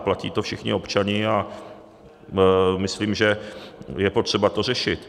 Platí to všichni občané a myslím, je potřeba to řešit.